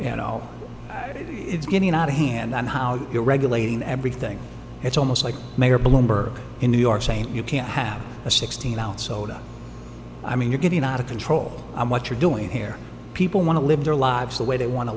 think it's getting out of hand then how do you regulating everything it's almost like mayor bloomberg in new york saying you can't have a sixteen ounce soda i mean you're getting out of control what you're doing here people want to live their lives the way they want to